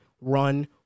run